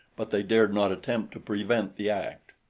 but they dared not attempt to prevent the act.